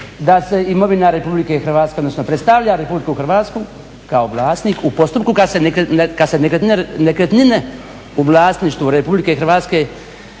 da se imovina Republike Hrvatske, odnosno predstavlja Republiku Hrvatsku kao vlasnik u postupku kad se nekretnine u vlasništvu Republike Hrvatske